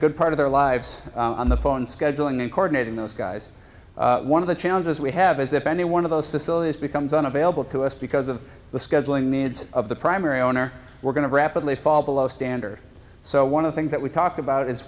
good part of their lives on the phone scheduling and coordinating those guys one of the challenges we have is if any one of those facilities becomes unavailable to us because of the scheduling needs of the primary owner we're going to rapidly fall below standard so one of the things that we talked about is